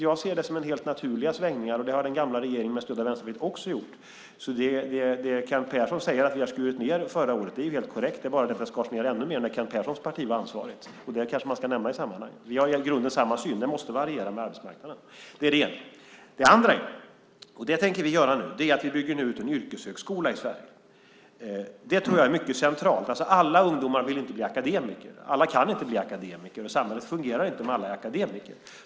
Jag ser det som helt naturliga svängningar, och det har den gamla regeringen med stöd av Vänsterpartiet också gjort. Det som Kent Persson säger om att vi har skurit ned på detta förra året är helt korrekt. Men det skars ned ännu mer när Kent Perssons parti var ansvarigt, och det kanske man ska nämna i sammanhanget. Vi har i grunden samma syn att detta måste variera beroende på arbetsmarknaden. Det är det ena. Det andra som vi tänker göra är att bygga ut en yrkeshögskola i Sverige. Det tror jag är mycket centralt. Alla ungdomar vill inte bli akademiker, alla kan inte bli akademiker, och samhället fungerar inte om alla är akademiker.